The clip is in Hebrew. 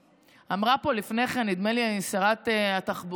עמדה פה לפני כן, נדמה לי שרת התחבורה,